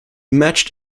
matched